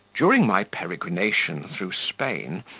during my peregrination through spain,